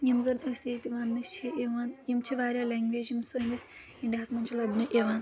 یِم زَن أسۍ ییٚتہِ وَننہٕ چھِ یِوان یِم چھِ واریاہ لنٛگویج یِم سٲنِس اِنڈیا ہَس منٛز چھِ لَبنہٕ یِوان